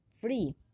free